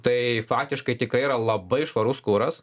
tai faktiškai tikrai yra labai švarus kuras